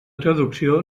traducció